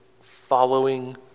following